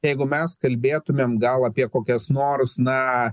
jeigu mes kalbėtumėm gal apie kokias nors na